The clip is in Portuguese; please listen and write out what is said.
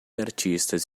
artistas